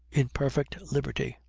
in perfect liberty.